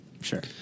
Sure